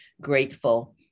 grateful